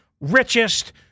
richest